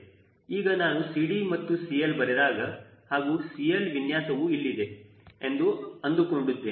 ಈಗ ನಾನು CD ಮತ್ತು CL ಬರೆದಾಗ ಹಾಗೂ CL ವಿನ್ಯಾಸವು ಇಲ್ಲಿದೆ ಎಂದು ಅಂದುಕೊಂಡಿದ್ದೇನೆ